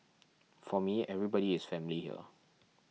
for me everybody is family here